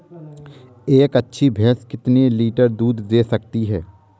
एक अच्छी भैंस कितनी लीटर दूध दे सकती है?